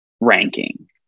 ranking